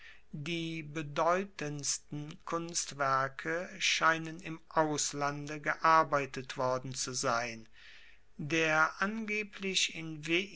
die bedeutendsten kunstwerke scheinen im auslande gearbeitet worden zu sein der angeblich in veii